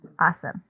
awesome